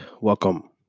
welcome